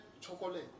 chocolate